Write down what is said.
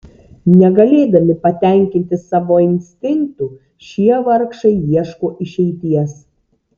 negalėdami patenkinti savo instinktų šie vargšai ieško išeities